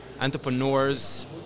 entrepreneurs